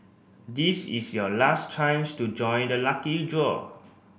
this is your last chance to join the lucky draw